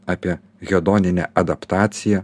apie hedoninę adaptaciją